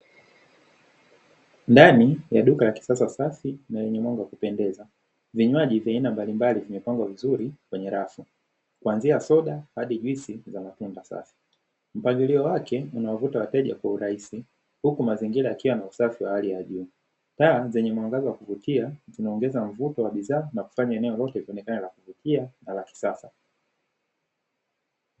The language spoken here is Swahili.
Ndani ya duka la kisasa safi na lenye mwanga wa kupendeza. Vinywaji vya aina mbalimbali vimepangwa vizuri kwenye rafu. Kuanzia soda hadi juisi za matunda safi. Mpangilio wake unawavutia wateja kwa urahisi huku mazingira yakiwa na usafi wa hali ya juu. Taa zenye mwangaza wa kuvutia zinaongeza mvuto wa bidhaa na kufanya eneo lote lionekane la kuvutia na la kisasa.